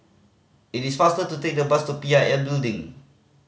it is faster to take the bus to P I L Building